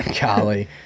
golly